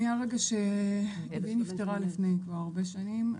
מהרגע שאימי נפטרה לפני כבר הרבה שנים,